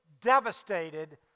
devastated